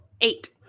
eight